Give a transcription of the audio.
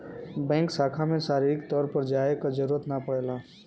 bank शाखा में शारीरिक तौर पर जाये क जरुरत ना पड़ेला